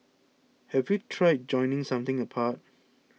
have you tried joining something apart